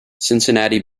cincinnati